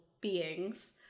beings